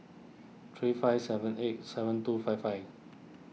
three five seven eight seven two five five